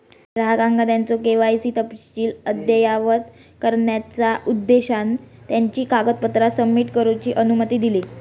ग्राहकांका त्यांचो के.वाय.सी तपशील अद्ययावत करण्याचा उद्देशान त्यांची कागदपत्रा सबमिट करूची अनुमती दिली